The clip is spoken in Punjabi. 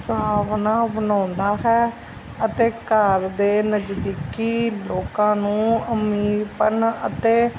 ਸੁਹਾਵਣਾ ਬਣਾਉਂਦਾ ਹੈ ਅਤੇ ਘਰ ਦੇ ਨਜ਼ਦੀਕੀ ਲੋਕਾਂ ਨੂੰ ਅਮੀਰਪਨ ਅਤੇ